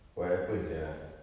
what happened sia